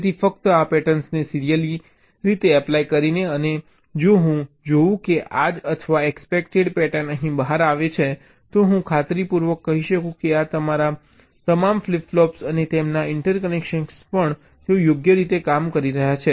તેથી ફક્ત આ પેટર્નને સીરિયલી રીતે એપ્લાય કરીને અને જો હું જોઉં કે આ જ અથવા એક્સપેક્ટેડ પેટર્ન અહીં બહાર આવી રહી છે તો હું ખાતરીપૂર્વક કહી શકું છું કે આ તમામ ફ્લિપ ફ્લોપ અને તેમના ઇન્ટરકનેક્શન્સ પણ તેઓ યોગ્ય રીતે કામ કરી રહ્યા છે